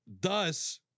thus